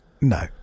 No